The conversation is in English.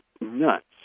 nuts